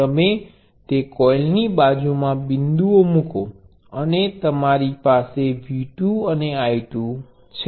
તમે તે કોઇલની બાજુમાં બિંદુઓ મૂકો અને તમારી પાસે V 2 અને I 2 છે